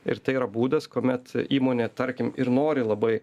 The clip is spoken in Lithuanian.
ir tai yra būdas kuomet įmonė tarkim ir nori labai